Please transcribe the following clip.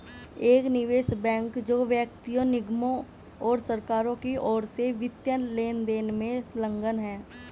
एक निवेश बैंक जो व्यक्तियों निगमों और सरकारों की ओर से वित्तीय लेनदेन में संलग्न है